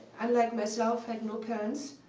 unlike myself, had no parents.